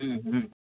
ହୁଁ ହୁଁ